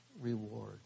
reward